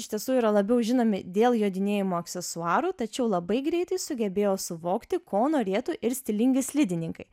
iš tiesų yra labiau žinomi dėl jodinėjimo aksesuarų tačiau labai greitai sugebėjo suvokti ko norėtų ir stilingi slidininkai